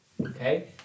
okay